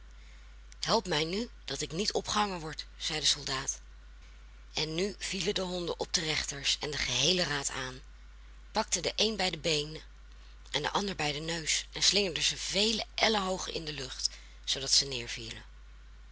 help mij nu dat ik niet opgehangen word zei de soldaat en nu vielen de honden op de rechters en den geheelen raad aan pakten den een bij de beenen en den ander bij den neus en slingerden ze vele ellen hoog in de lucht zoodat zij